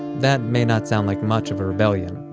that may not sound like much of a rebellion,